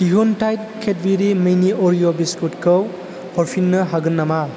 दिहुनथाइ Cadbury mini Oreo बिस्कुटखौ हरफिन्नो हागोन नामा